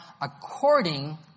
according